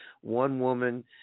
one-woman